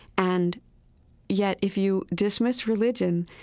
and yet, if you dismiss religion,